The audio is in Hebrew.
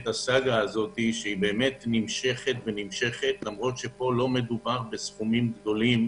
הסאגה שהיא נמשכת ונמשכת למרות שלא מדובר בסכומים גדולים,